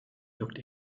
looked